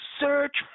search